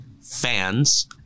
Fans